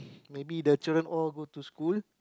maybe the children all go to school